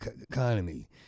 economy